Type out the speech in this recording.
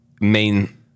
main